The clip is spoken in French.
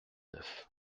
neuf